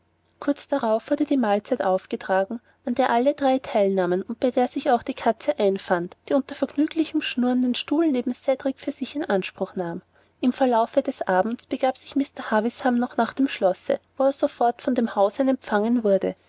kurz darauf wurde die mahlzeit aufgetragen an der alle drei teilnahmen und bei der sich auch die katze einfand die unter vergnüglichem schnurren den stuhl neben ceddie für sich in anspruch nahm im verlaufe des abends begab sich mr havisham noch nach dem schlosse wo er sofort von dem hausherrn empfangen wurde